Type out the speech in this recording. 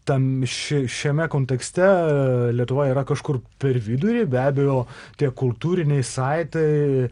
tam ši šiame kontekste lietuva yra kažkur per vidurį be abejo tie kultūriniai saitai